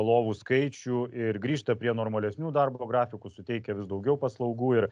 lovų skaičių ir grįžta prie normalesnių darbo grafikų suteikia vis daugiau paslaugų ir